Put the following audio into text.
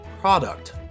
product